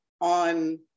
on